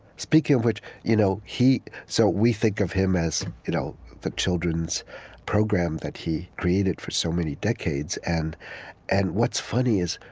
speaking of which, you know so we think of him as, you know the children's program that he created for so many decades. and and what's funny is,